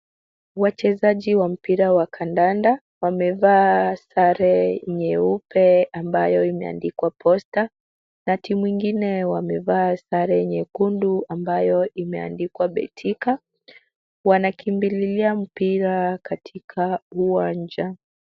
Wachezaji wa mpira wa kandanda wamevaa sare nyeupe ambayo imeandikwa posta na timu ingine wamevaa sare nyekundu ambayo imeandikwa betika. Wanakimbililia mpira katika uwanja.